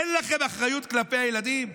אין לכם אחריות כלפי הילדים?